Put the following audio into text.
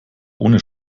ohne